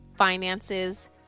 Finances